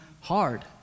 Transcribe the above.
hard